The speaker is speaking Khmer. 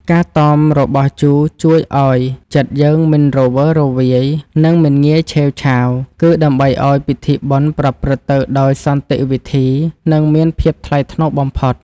ការតមរបស់ជូរជួយឱ្យចិត្តយើងមិនរវើរវាយនិងមិនងាយឆេវឆាវ គឺ ដើម្បីឱ្យពិធីបុណ្យប្រព្រឹត្តទៅដោយសន្តិវិធីនិងមានភាពថ្លៃថ្នូរបំផុត។